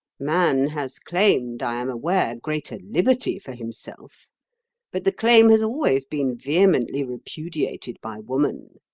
man has claimed, i am aware, greater liberty for himself but the claim has always been vehemently repudiated by woman.